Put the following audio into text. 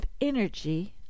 energy